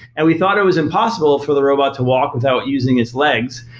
and we thought it was impossible for the robot to walk without using its legs,